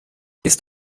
ist